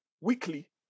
weekly